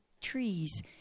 trees